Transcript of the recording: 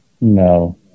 No